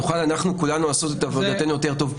נוכל כולנו לעשות את עבודתנו יותר טוב.